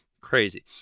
Crazy